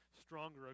stronger